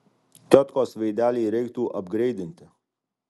tiotkos veidelį reiktų apgreidinti